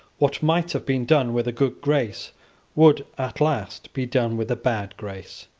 what might have been done with a good grace would at last be done with a bad grace.